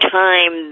time